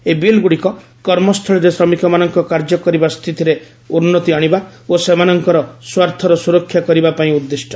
ଏହି ବିଲ୍ଗୁଡ଼ିକ କର୍ମସ୍ଥଳୀରେ ଶ୍ରମିକମାନଙ୍କ କାର୍ଯ୍ୟ କରିବା ସ୍ଥିତିରେ ଉନ୍ନତି ଆଣିବା ଓ ସେମାନଙ୍କର ସ୍ୱାର୍ଥର ସୁରକ୍ଷା କରିବା ପାଇଁ ଉଦ୍ଦିଷ୍ଟ